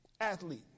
athlete